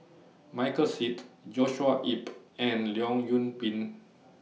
Michael Seet Joshua Ip and Leong Yoon Pin